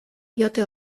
diote